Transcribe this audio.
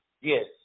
Yes